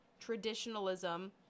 traditionalism